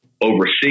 overseas